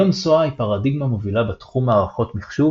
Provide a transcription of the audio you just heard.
היום SOA היא פרדיגמה מובילה בתחום מערכות מחשוב